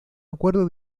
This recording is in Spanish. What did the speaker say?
acuerdo